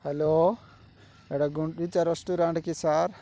hello ଏଇଟା Gundicha restaurant କି sir